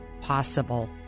possible